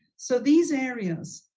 so these areas,